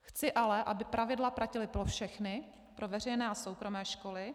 Chci ale, aby pravidla platila pro všechny, pro veřejné a soukromé školy.